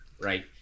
Right